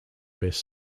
best